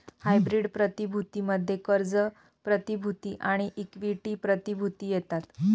hybrid प्रतिभूती मध्ये कर्ज प्रतिभूती आणि इक्विटी प्रतिभूती येतात